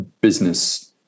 business